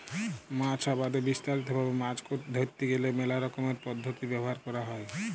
মাছ আবাদে বিস্তারিত ভাবে মাছ ধরতে গ্যালে মেলা রকমের পদ্ধতি ব্যবহার ক্যরা হ্যয়